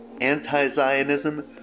anti-Zionism